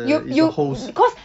you you because